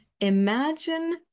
Imagine